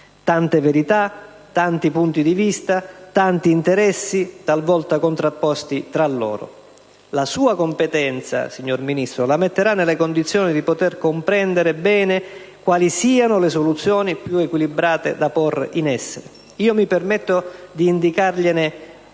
tante verità, tanti punti di vista, tanti interessi talvolta contrapposti tra loro. La sua competenza, signor Ministro, la metterà nelle condizioni di poter comprendere bene quali siano le soluzioni più equilibrate da porre in essere. Io mi permetto di indicargliene